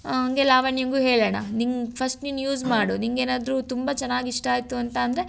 ಹಂಗೆ ಲಾವಣ್ಯನಿಗೂ ಹೇಳೋಣ ನಿನಗ್ ಫಸ್ಟ್ ನೀನು ಯೂಸ್ ಮಾಡು ನಿನಗೇನಾದ್ರೂ ತುಂಬ ಚೆನ್ನಾಗಿ ಇಷ್ಟ ಆಯಿತು ಅಂತ ಅಂದರೆ